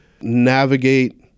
navigate